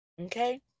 Okay